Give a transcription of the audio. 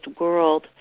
world